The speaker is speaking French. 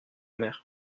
mer